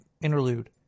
interlude